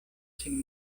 sin